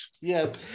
Yes